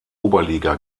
oberliga